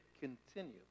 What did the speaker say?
continue